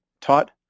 taught